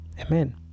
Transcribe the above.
Amen